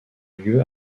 lieu